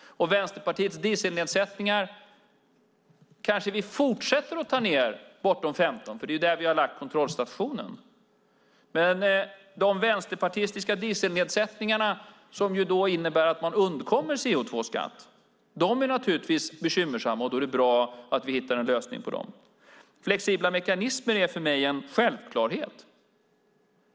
Vänsterpartiets dieselnedsättningar kanske vi fortsätter att ta ned bortom 2015, för det är där vi har lagt kontrollstationen. Men de vänsterpartistiska dieselnedsättningarna som innebär att man undkommer CO2-skatt är naturligtvis bekymmersamma, och då är det bra att vi hittar en lösning på dem. Flexibla mekanismer är för mig en självklarhet.